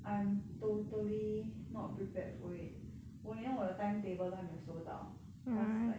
I'm totally not prepared for it 我连我的 timetable 都还没有收到 cause like